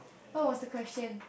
what was the question